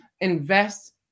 invest